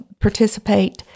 participate